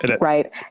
Right